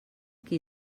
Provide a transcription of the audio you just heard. qui